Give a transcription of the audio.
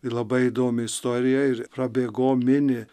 ir labai įdomi istorija ir prabėgom mini